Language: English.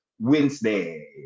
Wednesday